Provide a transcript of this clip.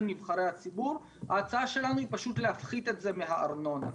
נבחרי הציבור ההצעה שלנו היא פשוט להפחית את זה מהארנונה.